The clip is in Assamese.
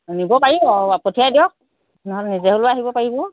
নিব পাৰিব পঠিয়াই দিয়ক নহ'লে নিজে হ'লেও আহিব পাৰিব